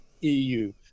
EU